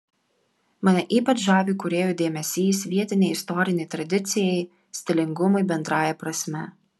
mane ypač žavi kūrėjų dėmesys vietinei istorinei tradicijai stilingumui bendrąja prasme